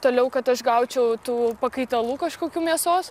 toliau kad aš gaučiau tų pakaitalų kažkokių mėsos